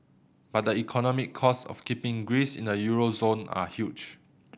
but the economic cost of keeping Greece in the euro zone are huge